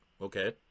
okay